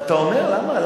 ואתה אומר, למה?